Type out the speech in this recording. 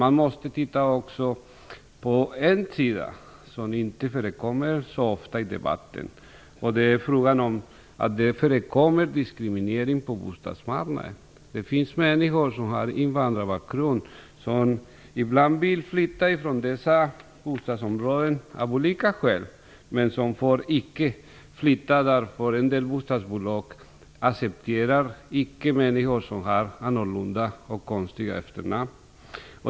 Man måste också titta på en annan sida som inte tas upp så ofta i debatten, nämligen att det förekommer en diskriminering på bostadsmarknaden. Ibland vill människor med invandrarbakgrund av olika skäl flytta från nämnda bostadsområden. Men de får icke flytta, därför att en del bostadsbolag accepterar icke människor som har annorlunda och konstiga efternamn.